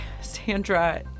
Sandra